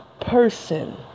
person